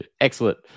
Excellent